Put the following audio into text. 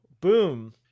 Boom